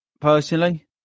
personally